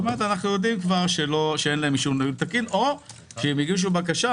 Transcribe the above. אנו יודעים שאין להם אישור ניהול תקין או הגישו בקשה